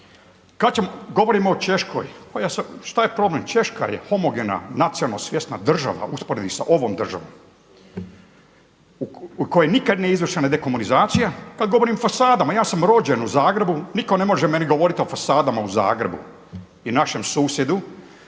da ima. Govorimo o Češkoj. Šta je problem, Češka je homogena, nacionalno svjesna država u usporedbi sa ovom državom u kojoj nikad nije izvršena dekomunizacija. Kada govorim o fasadama, ja sam rođen u Zagrebu, nitko ne može meni govoriti o fasadama u Zagrebu i našem susjedu